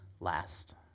Last